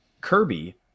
Kirby